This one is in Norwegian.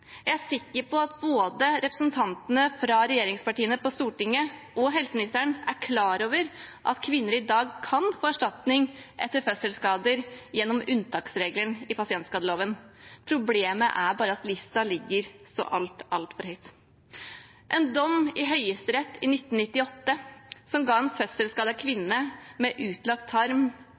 jeg er sikker på at både representantene fra regjeringspartiene på Stortinget og helseministeren er klar over at kvinner i dag kan få erstatning etter fødselsskader gjennom unntaksregelen i pasientskadeloven. Problemet er bare at lista ligger så altfor høyt. En dom i Høyesterett i 1998, som ga en fødselsskadet kvinne med utlagt tarm